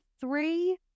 three